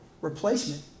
replacement